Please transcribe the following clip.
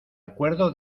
acuerdo